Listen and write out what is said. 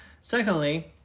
Secondly